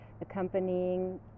accompanying